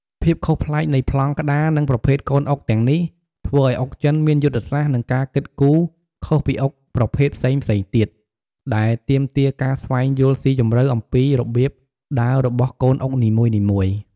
ភាពខុសប្លែកនៃប្លង់ក្តារ និងប្រភេទកូនអុកទាំងនេះ ធ្វើឱ្យអុកចិនមានយុទ្ធសាស្ត្រ និងការគិតគូរខុសពីអុកប្រភេទផ្សេងៗទៀត ដែលទាមទារការស្វែងយល់ស៊ីជម្រៅអំពីរបៀបដើររបស់កូនអុកនីមួយៗ។